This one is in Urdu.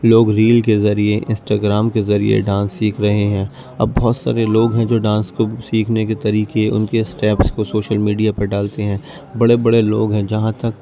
لوگ ریل کے ذریعے انسٹاگرام کے ذریعے ڈانس سیکھ رہے ہیں اب بہت سارے لوگ ہیں جو ڈانس کو سیکھنے کے طریقے ان کے اسٹیپس کو شوشل میڈیا پہ ڈالتے ہیں بڑے بڑے لوگ ہیں جہاں تک